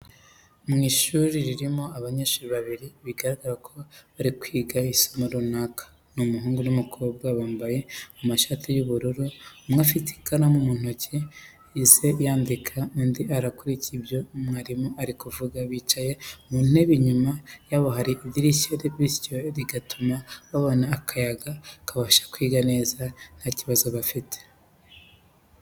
Mu ishuri ririmo Abanyeshuri babiri bigaragara ko bari kwiga Isomo runaka ni Umuhungu n'umukobwa bambaye Amashati y'ubururu. Umwe afite ikaramu mu ntoki ze yandika undi arakurikiye ibyo mwarimu arikuvuga bicaye ku ntebe inyuma yabo hari idirishya bityo rigatuma babona akayaga bakabasha kwiga neza ntakibazo bafite.